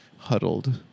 huddled